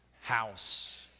house